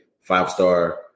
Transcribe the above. five-star